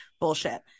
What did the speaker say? Bullshit